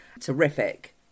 Terrific